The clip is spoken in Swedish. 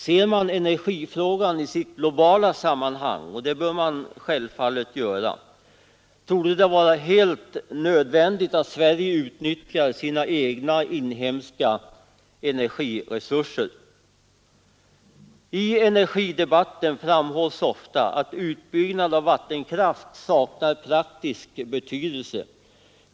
Ser man energifrågan i dess globala sammanhang — och det bör man självfallet göra — torde det vara helt nödvändigt att Sverige utnyttjar sina egna inhemska resurser. I energidebatten framhålls ofta att utbyggnad av vattenkraft saknar praktisk betydelse.